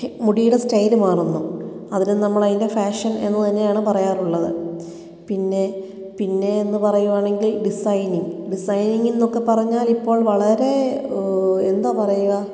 മുടിയുടെ സ്റ്റൈല് മാറുന്നു അതിനും നമ്മളതിൻ്റെ ഫാഷൻ എന്നു തന്നെയാണ് പറയാറുള്ളത് പിന്നെ പിന്നെ എന്ന് പറയുവാണെങ്കിൽ ഡിസൈനിങ് ഡിസൈനിങ്ന്നൊക്കെ പറഞ്ഞാൽ ഇപ്പോൾ വളരെ എന്താ പറയുക